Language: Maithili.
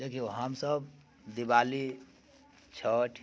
देखिऔ हम सभ दिवाली छठि